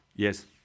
Yes